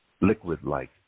liquid-like